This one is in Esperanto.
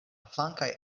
flankaj